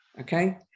okay